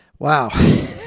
Wow